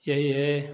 यही है